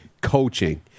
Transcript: coaching